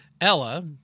Ella